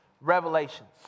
Revelations